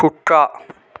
కుక్క